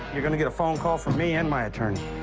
you're gonna get a phone call from me and my attorney.